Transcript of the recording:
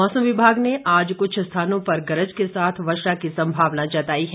मौसम विभाग ने आज कुछ स्थानों पर गरज के साथ वर्षा की संभावना जताई है